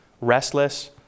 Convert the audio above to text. restless